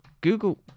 Google